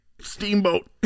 Steamboat